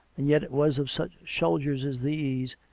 and yet it was of such soldiers as these,